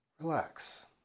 relax